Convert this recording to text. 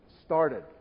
started